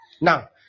Now